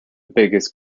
biggest